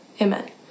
Amen